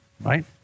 right